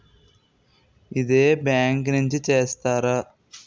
ఇదే బ్యాంక్ నుంచి చేస్తారా?